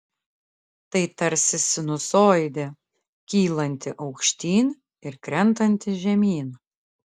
tai tarsi sinusoidė kylanti aukštyn ir krentanti žemyn